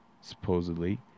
supposedly